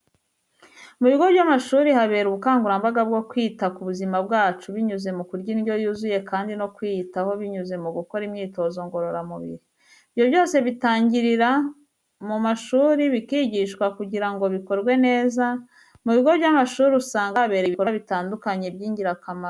Mu bigo by'amashuri habera ubukangurambaga bwo kwita ku buzima bwacu, binyuze mu kurya indyo yuzuye kandi no kwiyitaho binyuze mu gukora imyitozo ngororamubiri. Ibyo byose bitangirira mu mashuri bikigishwa kugira ngo bikorwe neza, mu bigo by'amashuri usanga habereye ibikorwa bitandukanye byingirakamaro.